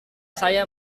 saya